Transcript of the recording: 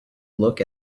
look